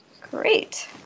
Great